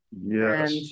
yes